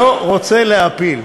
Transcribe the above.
לא רוצה להפיל.